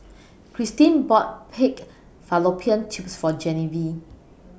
Krystin bought Pig Fallopian Tubes For Genevieve